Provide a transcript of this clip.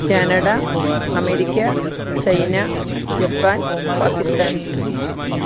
Canada America China Japan Pakistan